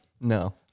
No